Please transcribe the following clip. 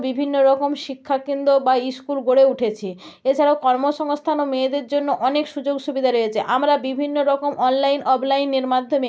বিভিন্ন রকম শিক্ষা কেন্দ্র বা স্কুল গড়ে উঠেছে এছাড়াও কর্মসংস্থান ও মেয়েদের জন্য অনেক সুযোগ সুবিধা রয়েছে আমরা বিভিন্ন রকম অনলাইন অফলাইনের মাধ্যমে